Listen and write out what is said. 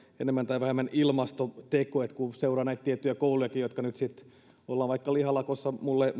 enemmän tai vähemmän ilmastoteko kun seuraa näitä tiettyjä koulujakin joissa nyt sitten ollaan vaikka lihalakossa minulle